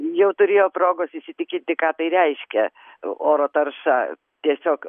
jau turėjo progos įsitikinti ką tai reiškia oro tarša tiesiog